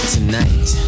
Tonight